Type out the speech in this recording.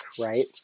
right